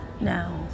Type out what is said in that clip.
now